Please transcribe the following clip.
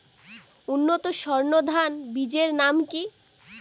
উন্নত সর্ন ধান বীজের নাম কি?